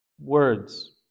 words